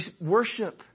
Worship